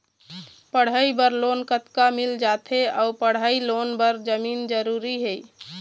पढ़ई बर लोन कतका मिल जाथे अऊ पढ़ई लोन बर जमीन जरूरी हे?